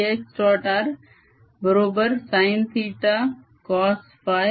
r बरोबर sinθ cosφ आहे